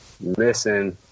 missing